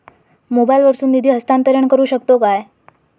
मोबाईला वर्सून निधी हस्तांतरण करू शकतो काय?